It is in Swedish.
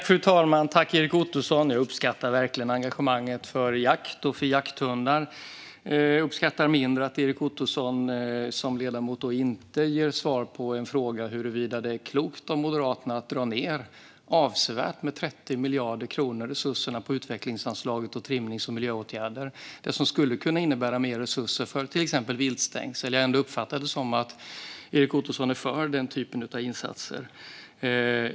Fru talman! Tack, Erik Ottoson - jag uppskattar verkligen engagemanget i jakt och jakthundar! Jag uppskattar mindre att Erik Ottoson som ledamot inte ger svar på en fråga om huruvida det är klokt av Moderaterna att avsevärt, med 30 miljarder kronor, dra ned resurserna på utvecklingsanslaget och trimnings och miljöåtgärder. Det är det som skulle kunna innebära mer resurser till exempelvis viltstängsel, och jag har ändå uppfattat det som att Erik Ottoson är för den typen av insatser.